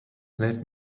let